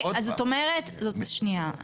אז זאת אומרת, שנייה.